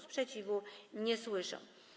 Sprzeciwu nie słyszę.